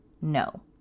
No